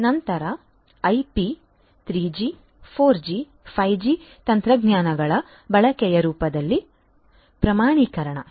ನಂತರ IP 3 G 4 G 5 G ತಂತ್ರಜ್ಞಾನಗಳ ಬಳಕೆಯ ರೂಪದಲ್ಲಿ ಪ್ರಮಾಣೀಕರಣ